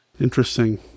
Interesting